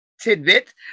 tidbit